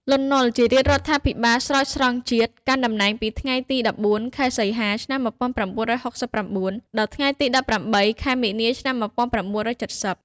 លន់ នល់ ជារាជរដ្ឋាភិបាលស្រោចស្រង់ជាតិ កាន់តំណែងពីថ្ងៃទី១៤ ខែសីហា ឆ្នាំ១៩៦៩ ដល់ថ្ងៃទី ១៨ ខែមីនា ឆ្នាំ១៩៧០។